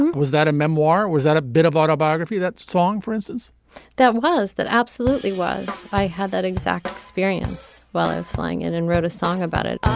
um was that a memoir. was that a bit of autobiography that song for instance that was that absolutely was i had that exact experience while i was flying in and wrote a song about it. i